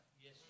Yes